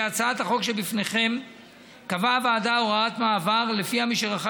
בהצעת החוק שלפניכם קבעה הוועדה הוראת מעבר שלפיה מי שרכש